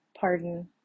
pardon